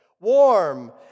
Warm